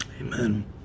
Amen